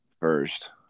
first